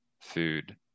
food